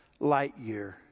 Lightyear